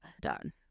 done